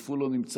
אף הוא לא נמצא,